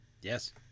Yes